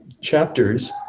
chapters